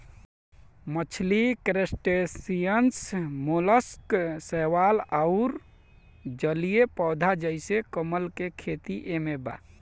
मछली crustaceans mollusc शैवाल अउर जलीय पौधा जइसे कमल के खेती एमे बा